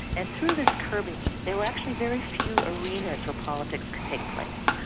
and through this curbing there were actually very few arenas where politics could take place.